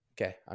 Okay